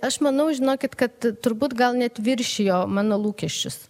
aš manau žinokit kad turbūt gal net viršijo mano lūkesčius